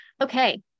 Okay